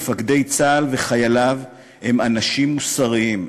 מפקדי צה"ל וחייליו הם אנשים מוסריים,